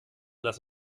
das